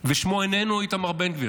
ושמו איננו איתמר בן גביר,